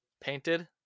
Painted